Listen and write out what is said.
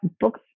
books